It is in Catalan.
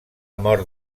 mort